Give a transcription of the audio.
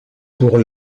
pour